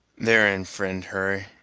therein, fri'nd hurry,